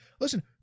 Listen